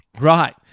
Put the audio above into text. Right